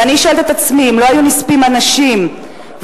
ואני שואלת את עצמי: אם לא היו נספים אנשים וזה